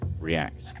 react